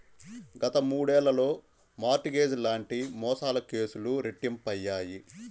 గత మూడేళ్లలో mortgage లాంటి మోసాల కేసులు రెట్టింపయ్యాయి